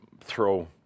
throw